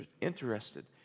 interested